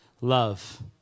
love